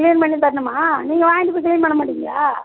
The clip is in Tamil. க்ளீன் பண்ணித்தரணுமா நீங்கள் வாங்கிட்டு போய் க்ளீன் பண்ண மாட்டிங்களா